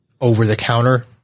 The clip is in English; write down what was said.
over-the-counter